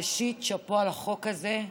ראשית שאפו על החוק הזה,